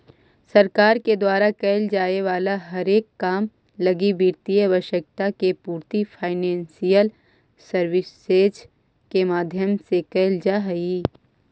सरकार के द्वारा कैल जाए वाला हरेक काम लगी वित्तीय आवश्यकता के पूर्ति फाइनेंशियल सर्विसेज के माध्यम से कैल जा हई